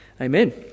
Amen